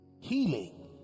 healing